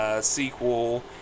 Sequel